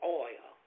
oil